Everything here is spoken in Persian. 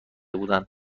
بودند